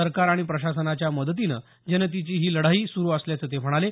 सरकार आणि प्रशासनाच्या मदतीनं जनतेची ही लढाई सुरू असल्याचं ते म्हणाले